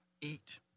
eat